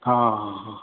हां हां हां